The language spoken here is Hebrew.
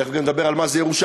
תכף נדבר גם על מה זה ירושלים.